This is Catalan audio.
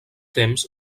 temps